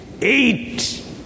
Eight